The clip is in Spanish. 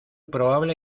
probable